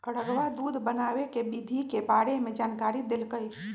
रधवा दूध बनावे के विधि के बारे में जानकारी देलकई